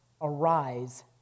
arise